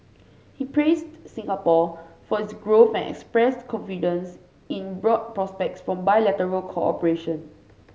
he praised Singapore for its growth and expressed confidence in broad prospects for bilateral cooperation